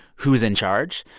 who's in charge?